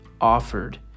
offered